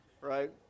right